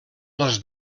les